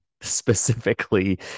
specifically